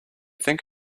think